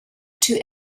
two